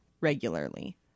regularly